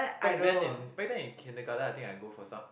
back then in back then in kindergarten I think I go for some